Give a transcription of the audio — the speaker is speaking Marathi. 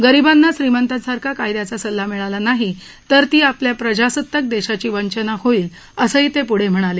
गरीबांना श्रीमंतांसारखा कायद्याचा सल्ला मिळाला नाही तर ती आपल्या प्रजासत्ताक देशाची वंचना होईल असही ते पुढं म्हणाले